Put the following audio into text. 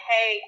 Hey